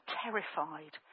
terrified